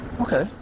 Okay